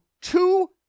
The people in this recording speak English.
two